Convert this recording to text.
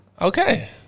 Okay